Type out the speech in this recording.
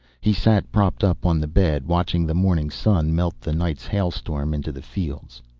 he sat, propped up on the bed, watching the morning sun melt the night's hailstorm into the fields.